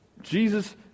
Jesus